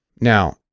Now